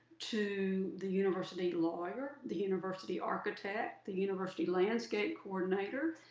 to the university lawyer, the university architect, the university landscape coordinator.